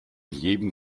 jedem